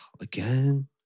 Again